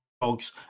dogs